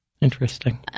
Interesting